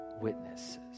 witnesses